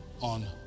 on